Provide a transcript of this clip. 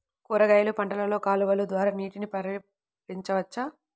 కూరగాయలు పంటలలో కాలువలు ద్వారా నీటిని పరించవచ్చా?